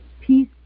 peace